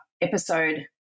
episode